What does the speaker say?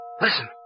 Listen